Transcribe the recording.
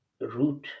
root